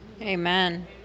Amen